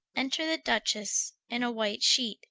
enter the duchesse in a white sheet,